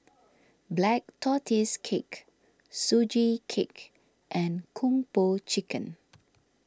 Black Tortoise Cake Sugee Cake and Kung Po Chicken